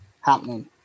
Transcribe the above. happening